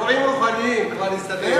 אירועים רוחניים, כבר הסתדר?